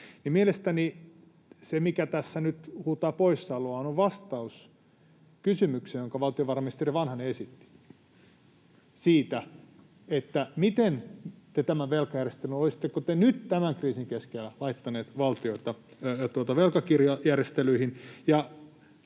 Mielestäni se, mikä tässä nyt huutaa poissaoloaan, on vastaus kysymykseen, jonka valtiovarainministeri Vanhanen esitti siitä, olisitteko te nyt tämän kriisin keskellä laittaneet valtioita velkakirjajärjestelyihin.